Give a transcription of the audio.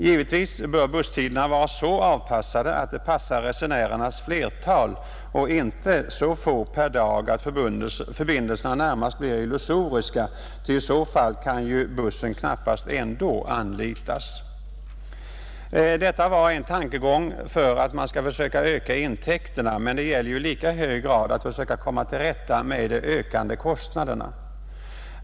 Givetvis bör busstiderna vara så avpassade att de passar resenärernas flertal och inte så få per dag att förbindelserna närmast blir illusoriska, ty i så fall kan ju bussen knappast ändå anlitas. Detta var en tankegång för att man skall försöka öka intäkterna, men det gäller ju i lika hög grad att försöka komma till rätta med de ökande kostnaderna.